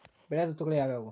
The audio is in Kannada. ಬೆಳೆ ಋತುಗಳು ಯಾವ್ಯಾವು?